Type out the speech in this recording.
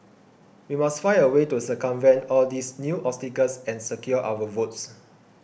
we must find a way to circumvent all these new obstacles and secure our votes